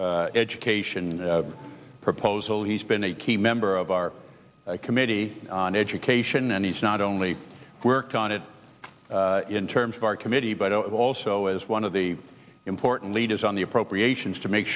education proposal he's been a key member of our committee on education and he's not only worked on it in terms of our committee but also as one of the important leaders on the appropriations to make